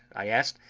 i asked,